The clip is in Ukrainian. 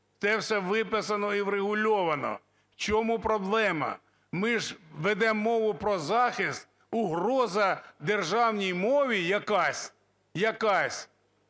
Те все виписано і врегульовано. В чому проблема? Ми ж ведем мову про захист, угроза державній мові якась. Якась...